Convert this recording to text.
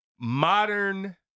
modern